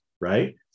Right